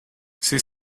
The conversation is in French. ses